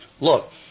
look